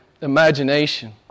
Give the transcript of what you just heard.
imagination